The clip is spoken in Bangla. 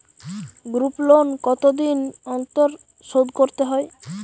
গ্রুপলোন কতদিন অন্তর শোধকরতে হয়?